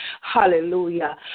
Hallelujah